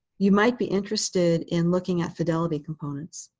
you might be interested in looking at fidelity components,